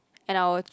and I'll